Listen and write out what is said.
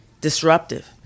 disruptive